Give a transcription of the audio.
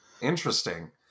Interesting